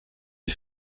les